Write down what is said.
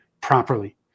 properly